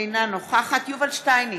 אינה נוכחת יובל שטייניץ,